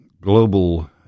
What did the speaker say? global